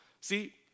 See